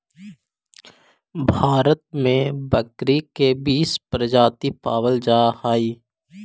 भारत में बकरी के बीस प्रजाति पावल जा हइ